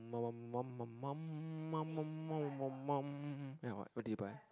ya what what did you buy